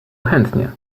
chętnie